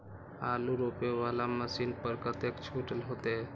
आलू रोपे वाला मशीन पर कतेक छूट होते?